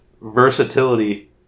versatility